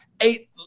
eight